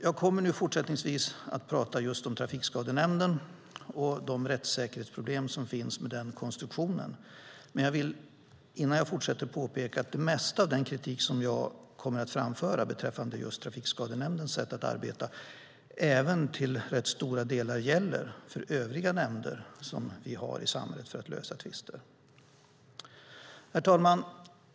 Jag kommer fortsättningsvis att prata just om Trafikskadenämnden och de rättssäkerhetsproblem som finns med den konstruktionen, men jag vill innan jag fortsätter påpeka att det mesta av den kritik som jag kommer att framföra beträffande just Trafikskadenämndens sätt att arbeta även till rätt stora delar gäller för övriga nämnder som vi har i samhället för att lösa tvister. Herr talman!